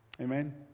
Amen